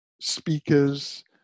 speakers